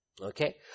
Okay